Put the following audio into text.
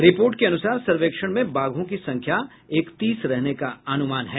report के अनुसार सर्वेक्षण में बाघों की संख्या इकतीस रहने का अनुमान है